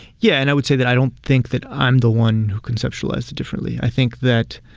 yeah. and i would say that i don't think that i'm the one who conceptualized it differently. i think that,